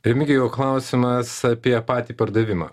remigijau klausimas apie patį pardavimą